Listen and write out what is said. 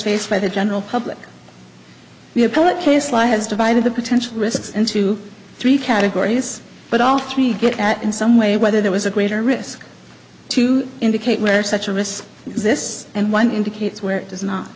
faced by the general public we have pellet case lie has divided the potential risks into three categories but all three get at in some way whether there was a greater risk to indicate where such a risk exists and one indicates where it is not